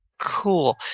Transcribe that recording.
Cool